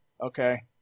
Okay